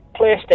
PlayStation